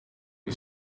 you